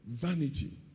Vanity